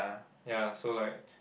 ya so like